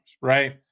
right